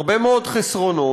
הרבה מאוד חסרונות,